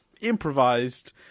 improvised